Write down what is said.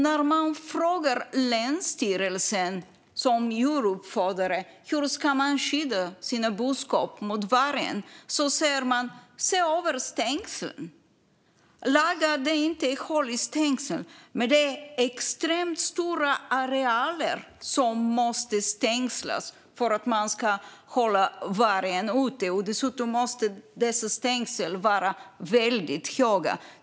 När man frågar länsstyrelsen hur man som djuruppfödare ska skydda sin boskap mot vargen säger de: Se över stängslen! Laga att det inte är hål i stängslen! Det är extremt stora arealer man måste stängsla in för att hålla vargen ute. Dessutom måste dessa stängsel vara väldigt höga.